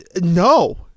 no